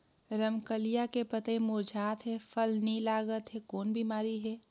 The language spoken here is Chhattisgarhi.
रमकलिया के पतई मुरझात हे फल नी लागत हे कौन बिमारी हे?